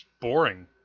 boring